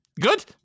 Good